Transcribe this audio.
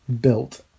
built